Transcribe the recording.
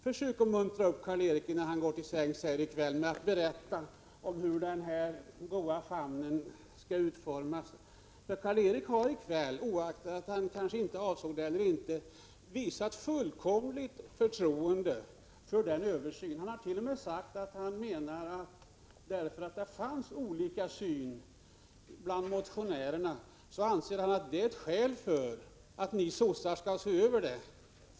Försök muntra upp Karl Erik Olsson innan han går till sängs i kväll med att berätta om hur den goda omfamningen skall utformas. Karl Erik Olsson har nämligen i kväll, oaktat han kanske inte avsåg det, visat ett fullkomligt förtroende inför översynen. Han hart.o.m. sagt att förhållandet att det finns olika synsätt bland motionärerna är ett skäl för att ni socialdemokrater skall se över det hela.